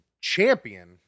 champion